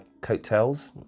coattails